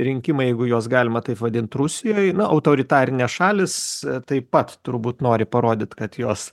rinkimai jeigu juos galima taip vadint rusijoj na autoritarinės šalys taip pat turbūt nori parodyt kad jos